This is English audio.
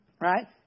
right